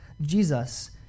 Jesus